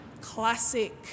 classic